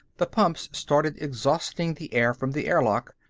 the pumps started exhausting the air from the airlock.